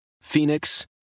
Phoenix